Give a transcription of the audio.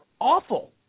awful